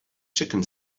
chicken